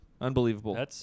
Unbelievable